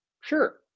Sure